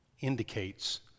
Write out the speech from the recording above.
indicates